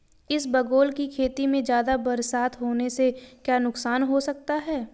इसबगोल की खेती में ज़्यादा बरसात होने से क्या नुकसान हो सकता है?